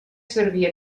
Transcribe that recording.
servir